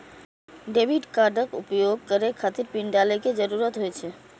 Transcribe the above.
debit कार्डक उपयोग करै खातिर पिन डालै के जरूरत होइ छै